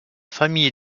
famille